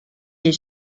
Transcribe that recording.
est